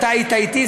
אתה היית אתי,